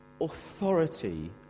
authority